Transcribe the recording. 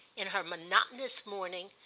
in her monotonous mourning,